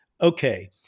okay